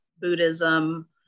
Buddhism